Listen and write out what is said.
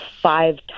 five